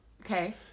Okay